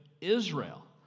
Israel